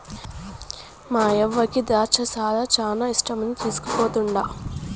మాయవ్వకి ద్రాచ్చ సారా శానా ఇష్టమని తీస్కుపోతండా